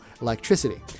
electricity